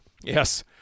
Yes